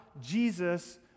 Jesus